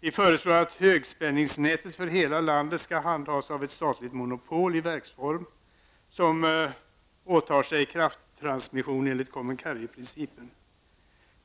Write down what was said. Vi föreslår att högspänningsnätet för hela landet skall handhas av ett statligt monopol i verksform som åtar sig krafttransmission enligt common carrier-principen.